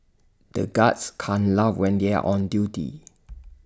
the guards can't laugh when they are on duty